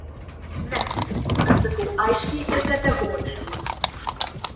ne atsakau aiškiai ir kategoriškai